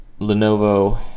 Lenovo